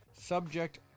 subject